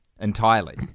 entirely